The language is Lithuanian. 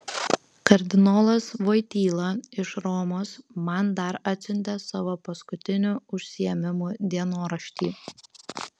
kardinolas voityla iš romos man dar atsiuntė savo paskutinių užsiėmimų dienoraštį